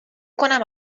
کنم